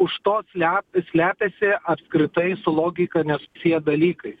už to slep slepiasi apskritai su logika nesusiję dalykai